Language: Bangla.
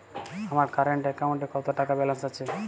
আমার কারেন্ট অ্যাকাউন্টে কত টাকা ব্যালেন্স আছে?